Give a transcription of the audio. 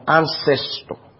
ancestor